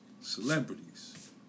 celebrities